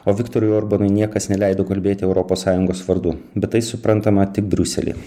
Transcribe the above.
o viktorui orbanui niekas neleido kalbėti europos sąjungos vardu bet tai suprantama tik briusely